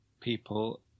people